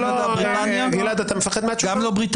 כולל זה שאין לפגוע בסעיף כבוד האדם מוגן בחוק היסוד הגרמני,